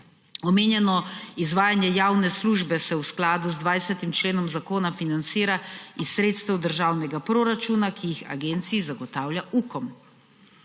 Omenjeno izvajanje javne službe se v skladu z 20. členom zakona financira iz sredstev državnega proračuna, ki jih agenciji zagotavlja Ukom.